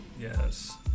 Yes